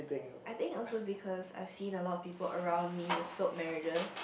I think also because I seen a lot of people around me were so marriages